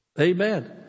Amen